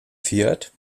fiat